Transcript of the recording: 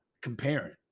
comparing